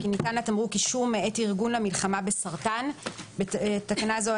כי ניתן לתמרוק אישור מאת ארגון למלחמה בסרטן (בתקנת משנה זו,